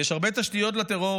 יש הרבה תשתיות לטרור,